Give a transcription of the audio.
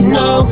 no